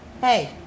Hey